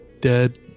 dead